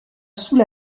sous